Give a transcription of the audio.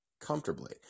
comfortably